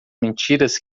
mentiras